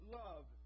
love